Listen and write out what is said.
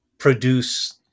produce